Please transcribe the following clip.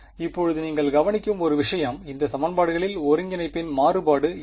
இப்போது நீங்கள் கவனிக்கும் ஒரு விஷயம் இந்த சமன்பாடுகளில் ஒருங்கிணைப்பின் மாறுபாடு என்ன